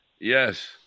Yes